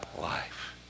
life